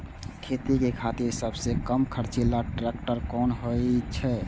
खेती के खातिर सबसे कम खर्चीला ट्रेक्टर कोन होई छै?